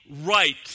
right